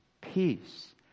Peace